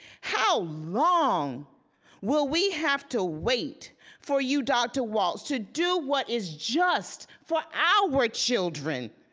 how long will we have to wait for you, dr. walts, to do what is just for our children?